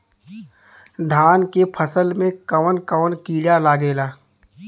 धान के फसल मे कवन कवन कीड़ा लागेला?